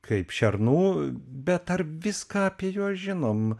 kaip šernų bet ar viską apie juos žinom